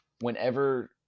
whenever